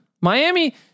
Miami